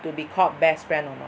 to be called best friend or not